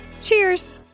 Cheers